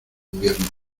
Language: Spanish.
invierno